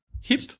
hip-